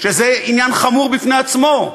שזה עניין חמור בפני עצמו.